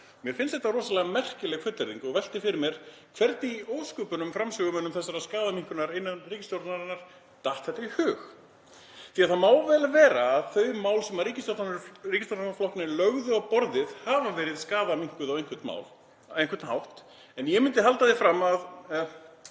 Mér finnst þetta rosalega merkileg fullyrðing og velti fyrir mér hvernig í ósköpunum framsögumönnum þessarar skaðaminnkunar innan ríkisstjórnarinnar datt þetta í hug. Það má vel vera að þau mál sem ríkisstjórnarflokkarnir lögðu á borðið hafa verið skaðaminnkandi á einhvern hátt. En ég myndi halda því fram að